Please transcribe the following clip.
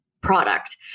product